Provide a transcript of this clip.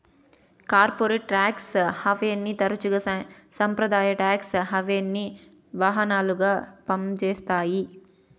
corporate tax హావెన్ని తరచుగా సంప్రదాయ టాక్స్ హావెన్కి వాహనాలుగా పంజేత్తాయి